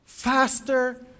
Faster